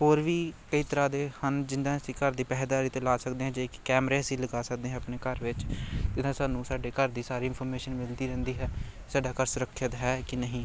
ਹੋਰ ਵੀ ਕਈ ਤਰ੍ਹਾਂ ਦੇ ਹਨ ਜਿੰਹਦਾ ਅਸੀਂ ਘਰ ਦੀ ਪਹਿਰੇਦਾਰੀ 'ਤੇ ਲਾ ਸਕਦੇ ਹਾਂ ਜੇ ਕੈਮਰੇ ਅਸੀਂ ਲਗਾ ਸਕਦੇ ਹਾਂ ਆਪਣੇ ਘਰ ਵਿੱਚ ਜਿਹਦੇ ਨਾਲ ਸਾਨੂੰ ਸਾਡੇ ਘਰ ਦੀ ਸਾਰੀ ਇਨਫੋਰਮੇਸ਼ਨ ਮਿਲਦੀ ਰਹਿੰਦੀ ਹੈ ਸਾਡਾ ਘਰ ਸੁਰੱਖਿਅਤ ਹੈ ਕਿ ਨਹੀਂ